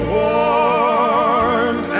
warm